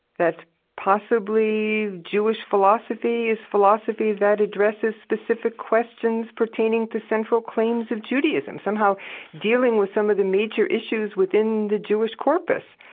that possibly jewish philosophy is philosophy that addresses specific questions pertaining to central claims of judaism, somehow dealing with some of the major issues within the jewish corpus.